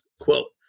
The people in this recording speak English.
quote